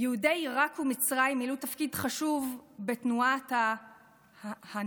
יהודי עיראק ומצרים מילאו תפקיד חשוב בתנועת הנהדה,